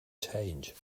change